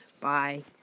bye